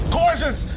gorgeous